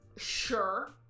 sure